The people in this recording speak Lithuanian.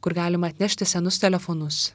kur galima atnešti senus telefonus